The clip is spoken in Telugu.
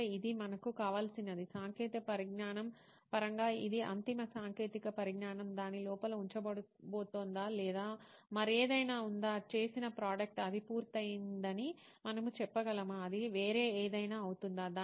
కనుక ఇది మనకు కావలసినది సాంకేతిక పరిజ్ఞానం పరంగా ఇది అంతిమ సాంకేతిక పరిజ్ఞానం దాని లోపల ఉండబోతోందా లేదా మరేదైనా ఉందా చేసిన ప్రోడక్ట్ అది పూర్తయిందని మనము చెప్పగలమా అది వేరే ఏదైనా అవుతుందా